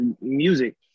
music